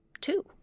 Two